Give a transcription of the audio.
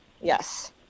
Yes